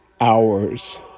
hours